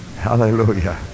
Hallelujah